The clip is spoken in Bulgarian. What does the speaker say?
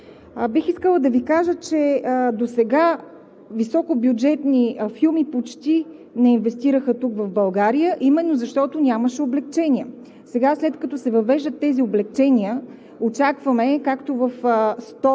Бих искала да Ви кажа, че досега високобюджетни филми почти не инвестираха в България именно защото нямаше облекчения. Сега, след като се въвеждат тези облекчения, очакваме както – сто